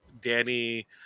Danny